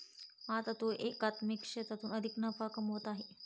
आता तो एकात्मिक शेतीतून अधिक नफा कमवत आहे